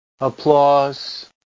applause